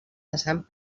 passant